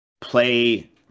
play